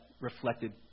reflected